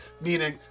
meaning